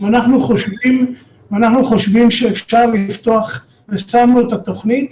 אנחנו חושבים שאפשר לפתוח והצגנו את התוכנית.